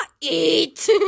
Eat